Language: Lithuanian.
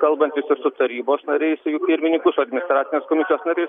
kalbantis ir su tarybos nariais ir jų pirmininku su administracinės komisijos nariais